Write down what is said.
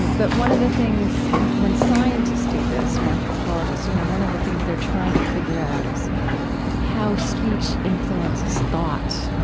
and but one of the things when scientists do this or anthropologists, you know, one of the things they're trying to figure out is how speech influences thought,